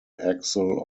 axle